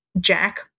Jack